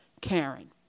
Karen